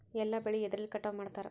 ಎಲ್ಲ ಬೆಳೆ ಎದ್ರಲೆ ಕಟಾವು ಮಾಡ್ತಾರ್?